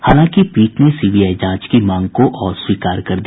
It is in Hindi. हालांकि पीठ ने सीबीआई जांच की मांग को अस्वीकार कर दिया